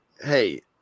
hey